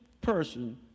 person